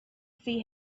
see